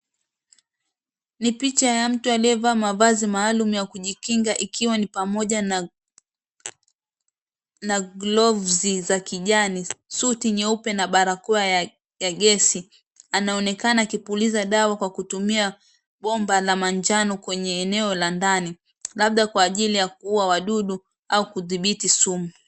Ni picha ya mtu aliyevaa mavazi maalum ya kujikinga ikiwa ni pamoja na glovzi za kijani, suti nyeupe na barakoa ya gesi anaonekana akipuliza dawa kwa kutumia bomba la manjano kwenye eneo la ndani, labda kwa ajili ya kuua wadudu au kudhibiti sumu.